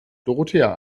dorothea